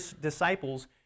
disciples